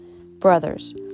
Brothers